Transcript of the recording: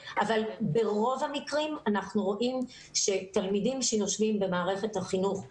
ברוב המקרים אנחנו רואים שתלמידים שהם במערכת החינוך הכללית,